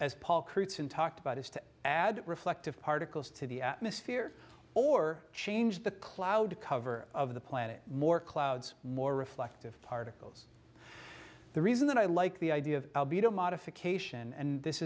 as paul kurtz and talked about is to add reflective particles to the atmosphere or change the cloud cover of the planet more clouds more reflective particles the reason that i like the idea of modification and this